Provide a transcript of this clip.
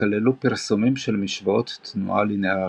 וכללו פרסומים של משוואות תנועה ליניאריות.